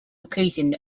location